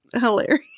hilarious